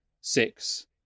six